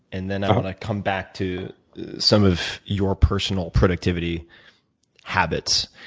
and then, i want to come back to some of your personal productivity habits.